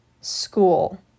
school